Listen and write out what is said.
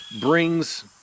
brings